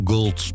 Gold